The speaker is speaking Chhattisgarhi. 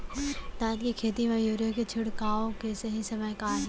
धान के खेती मा यूरिया के छिड़काओ के सही समय का हे?